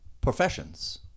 professions